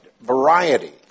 variety